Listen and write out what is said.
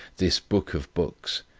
this book of books,